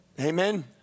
Amen